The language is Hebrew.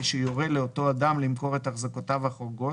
שיורה לאותו אדם למכור את החזקותיו החורגות,